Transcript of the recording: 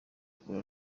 cool